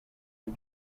but